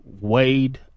wade